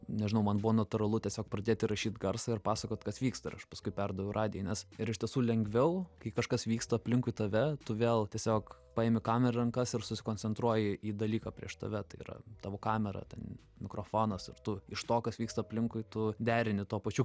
nežinau man buvo natūralu tiesiog pradėt įrašyt garsą ir pasakot kas vyksta ir aš paskui perdaviau radijai nes ir iš tiesų lengviau kai kažkas vyksta aplinkui tave tu vėl tiesiog paimi kamerą į rankas ir susikoncentruoji į dalyką prieš tave tai yra tavo kamera ten mikrofonas ir tu iš to kas vyksta aplinkui tu derini tuo pačiu